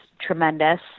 tremendous